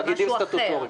זה משהו אחר.